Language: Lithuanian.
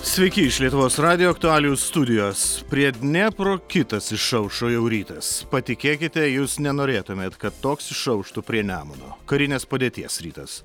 sveiki iš lietuvos radijo aktualijų studijos prie dniepro kitas išaušo jau rytas patikėkite jūs nenorėtumėt kad toks išauštų prie nemuno karinės padėties rytas